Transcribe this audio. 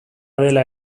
dela